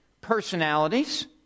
personalities